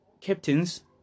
captains